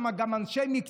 בממשלה השמנה הזאת,